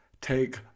take